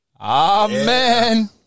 amen